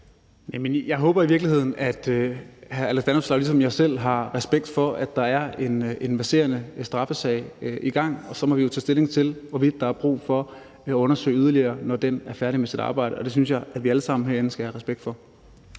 Jeg håber i virkeligheden, at hr. Alex Vanopslagh ligesom jeg selv har respekt for, at der er en verserende straffesag, og så må vi jo tage stilling til, hvorvidt der er brug for at undersøge yderligere, når den er færdig med sit arbejde. Og det synes jeg at vi alle sammen herinde skal have respekt for.